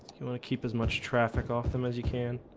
you want to keep as much traffic off them as you can